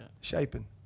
Shaping